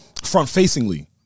front-facingly